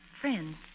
Friends